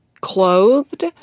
clothed